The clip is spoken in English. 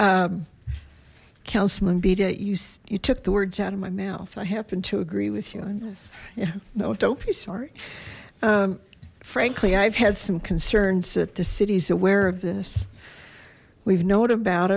you you took the words out of my mouth i happen to agree with you on this yeah no don't be sorry frankly i've had some concerns that the city's aware of this we've known about